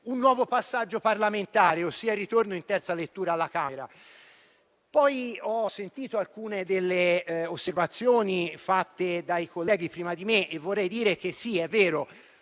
un nuovo passaggio parlamentare, ossia il ritorno in terza lettura alla Camera. Ho ascoltato alcune delle osservazioni fatte dai colleghi prima di me e vorrei dire che sì, è vero,